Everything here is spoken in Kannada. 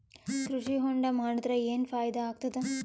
ಕೃಷಿ ಹೊಂಡಾ ಮಾಡದರ ಏನ್ ಫಾಯಿದಾ ಆಗತದ?